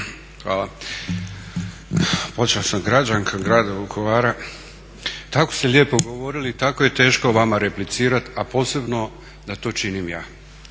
Hvala.